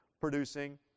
producing